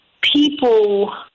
people